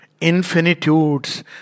infinitudes